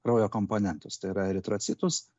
kraujo komponentus tai yra eritrocitus